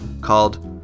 called